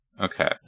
Okay